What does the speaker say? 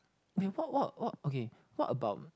what what what okay what about